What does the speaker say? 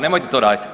Nemojte to raditi.